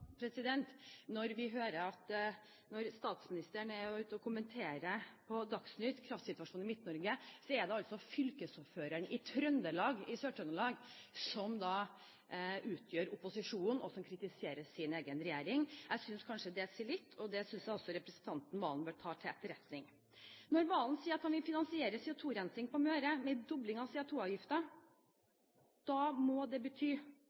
når vi hører statsministeren kommenterer kraftsituasjonen i Midt-Norge i Dagsnytt, at det er fylkesordføreren i Sør-Trøndelag som utgjør opposisjonen, og som kritiserer sin egen regjering. Jeg synes kanskje det sier litt, og det synes jeg også representanten Serigstad Valen bør ta til etterretning. Når Serigstad Valen sier at han vil finansiere CO2-rensing på Møre med en dobling av CO2-avgiften, må det bety